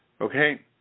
okay